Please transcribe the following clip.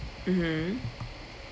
mmhmm